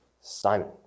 Simon